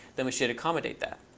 then we should accommodate that.